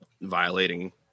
violating